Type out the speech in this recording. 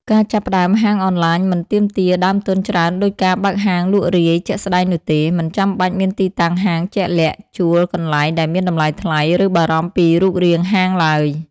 ការចាប់ផ្តើមហាងអនឡាញមិនទាមទារដើមទុនច្រើនដូចការបើកហាងលក់រាយជាក់ស្តែងនោះទេ មិនចាំបាច់មានទីតាំងហាងជាក់លាក់ ជួលកន្លែងដែលមានតម្លៃថ្លៃ ឬបារម្ភពីរូបរាងហាងឡើយ។